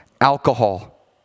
Alcohol